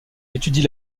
étudie